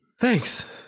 Thanks